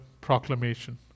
proclamation